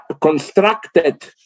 constructed